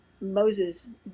Moses